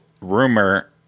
rumor